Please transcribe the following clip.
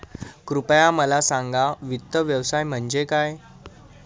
कृपया मला सांगा वित्त व्यवसाय म्हणजे काय?